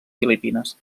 filipines